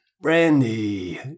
Brandy